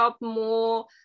more